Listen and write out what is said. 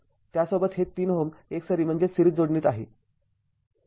त्यासोबत हे ३ Ω एकसरी जोडणीत आहे